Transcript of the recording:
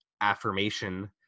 affirmation